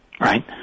Right